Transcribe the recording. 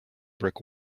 brick